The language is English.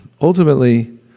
ultimately